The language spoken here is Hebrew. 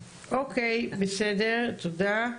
תודה רבה.